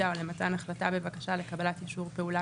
או למתן החלטה בבקשה לקבלת אישור פעולה,